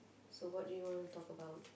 so what do you wanna talk about